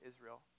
Israel